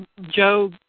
Joe